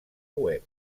web